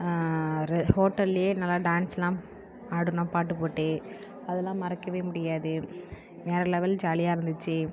ஹோட்டல்லேயே நல்லா டான்ஸ்லாம் ஆடினோம் பாட்டு போட்டு அதலாம் மறக்க முடியாது வேற லெவல் ஜாலியாக இருந்துச்சு